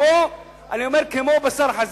אני אומר כמו בשר חזיר.